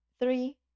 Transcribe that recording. Three